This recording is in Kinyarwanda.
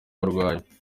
arwaye